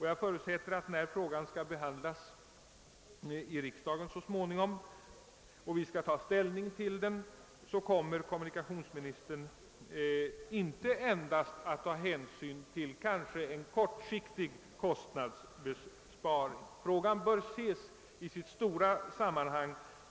Jag förutsätter att kommunikationsministern, när ärendet skall behandlas i riksdagen så småningom, kommer att beakta inte endast den kortsiktiga kostnadsbesparingen. Frågan bör ses i ett större sammanhang.